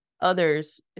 others